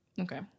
Okay